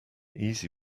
easy